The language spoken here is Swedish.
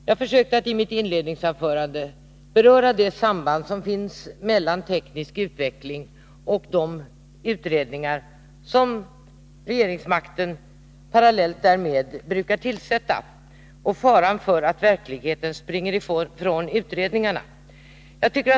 Jag försökte i mitt inledningsanförande beröra det samband som finns mellan teknisk utveckling och de utredningar som regeringsmakten parallellt därmed brukar tillsätta och faran för att verkligheten springer ifrån utredningarna.